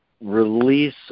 release